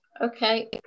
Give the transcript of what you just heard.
okay